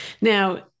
Now